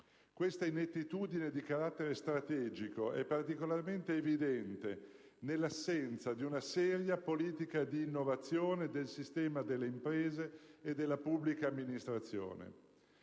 Questa inettitudine di carattere strategico è particolarmente evidente nell'assenza di una seria politica di innovazione del sistema delle imprese e della pubblica amministrazione.